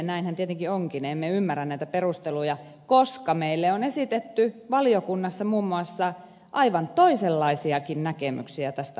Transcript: näinhän tietenkin onkin emme ymmärrä näitä perusteluja koska meille on esitetty valiokunnassa muun muassa aivan toisenlaisiakin näkemyksiä tästä asiasta